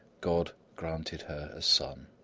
god granted her a son!